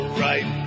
right